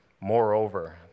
Moreover